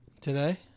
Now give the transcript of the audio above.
Today